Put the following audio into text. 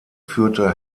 führte